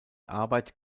arbeit